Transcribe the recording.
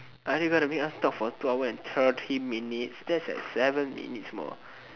are they gonna make us talk for two hours and thirty minutes that is like thirty minutes more